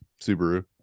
Subaru